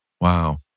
Wow